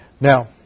Now